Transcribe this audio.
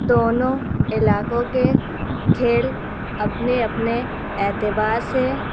دونوں علاقوں کے کھیل اپنے اپنے اعتبار سے